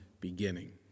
beginning